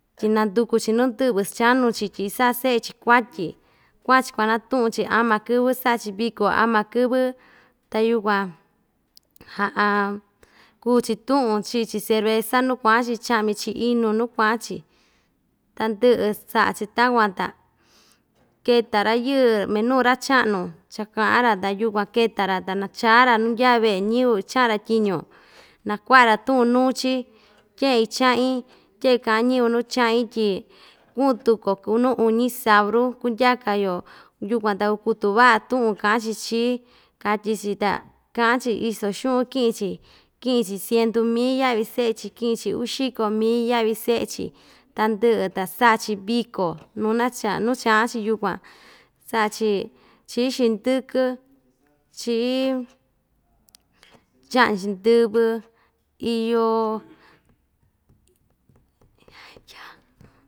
Tyi nanduku‑chi nuu ndɨ'vɨ chanu‑chi tyi isa'a se'e‑chi kutyi kua'an‑chi kuanatu'un‑chi ama kɨvɨ sa'a‑chi viko ama kɨvɨ ta yukuan kuu‑chi tu'un chi'i‑chi cerveza nu kua'an‑chi cha'mi‑chi inu nu kua'an‑chi tandɨ'ɨ sa'a‑chi takuan ta keta ra‑yɨɨ minu ra‑cha'nu chaka'a‑ra ta yukuan keta‑ra ta nacha‑ra nu ndya ve'e ñɨvɨ icha'an‑ra tyiñu naku'a‑ra tu'un nuu‑chi tye'en icha'in tye'en ka'an ñɨvɨ nu cha'in tyi ku'un tukuo ku nu uñi saubru kundyaka‑yo yukuan ta kukutu va'a tu'un ka'an‑chi chií katyi‑chi ta ka'an‑chi iso xu'un ki'in‑chi ki'in‑chi siendu mii ya'vi se'e‑chi ki'in‑chi uxiko mii ya'vi se'e‑chi ta ndɨ'ɨ ta sa'a‑chi viko nunacha nuu cha'an‑chi yukuan sa'a‑chi chi'í xindɨkɨ chi'í cha'ñi‑chi ndɨvɨ iyo.